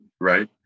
right